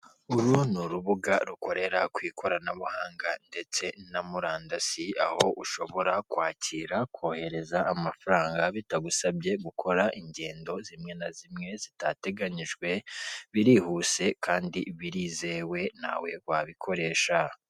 Uru ni urubuga rukorera ku ikoranabuhanga ndetse no murandasi aho ushobora kwakira, kohereza amafaranga bitagusabye gukora ingendo zimwe na zimwe zitateganyijwe birihuse kandi birizewe nawe wabikoresha.